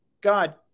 God